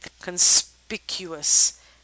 conspicuous